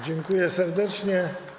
Dziękuję serdecznie.